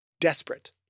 desperate